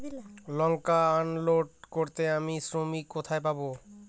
লঙ্কা unload করতে আমি শ্রমিক কোথায় পাবো?